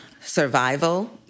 survival